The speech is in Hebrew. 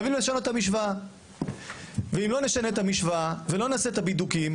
אם לא נשנה את המשוואה ולא נעשה את הבידוק,